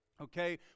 okay